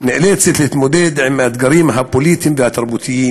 נאלצת להתמודד עם האתגרים הפוליטיים והתרבותיים